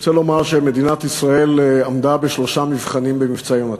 אני רוצה לומר שמדינת ישראל עמדה בשלושה מבחנים ב"מבצע יונתן".